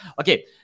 Okay